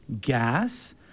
gas